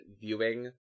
viewing